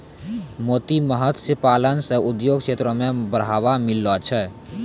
मोती मत्स्य पालन से उद्योग क्षेत्र मे बढ़ावा मिललो छै